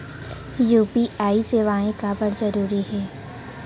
UPI सेवाएं काबर जरूरी हे?